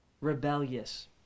rebellious